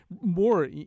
more